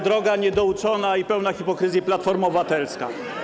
Droga niedouczona i pełna hipokryzji Platformo Obywatelska!